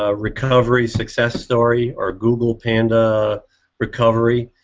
ah recovery success story or google panda recovery,